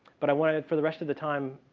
but i wanted for the rest of the time